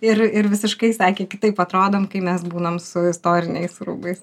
ir ir visiškai sakė kitaip atrodom kai mes būnam su istoriniais rūbais